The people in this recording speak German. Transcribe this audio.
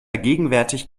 gegenwärtig